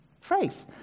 phrase